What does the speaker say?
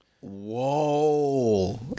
Whoa